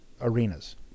arenas